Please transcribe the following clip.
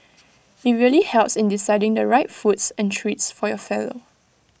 IT really helps in deciding the right foods and treats for your fellow